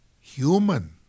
human